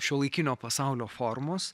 šiuolaikinio pasaulio formos